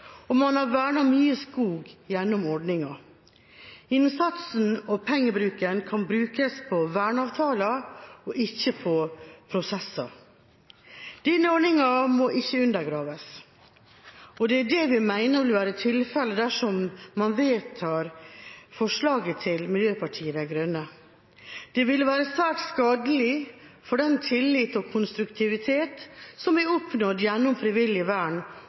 og man har vernet mye skog gjennom ordningen. Innsatsen og pengebruken kan brukes på verneavtaler og ikke på prosesser. Denne ordningen må ikke undergraves, og det er det vi mener vil være tilfelle dersom man vedtar forslaget til Miljøpartiet De Grønne. Det ville være svært skadelig for den tillit og konstruktivitet som er oppnådd gjennom frivillig vern,